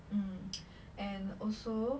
mm and also